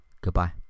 Goodbye